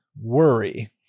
worry